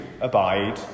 abide